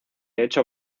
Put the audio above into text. hecho